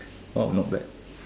oh not bad